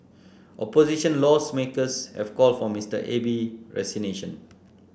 opposition law's makers have called for Mr Abe's resignation